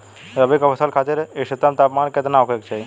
रबी क फसल खातिर इष्टतम तापमान केतना होखे के चाही?